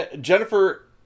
Jennifer